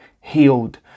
healed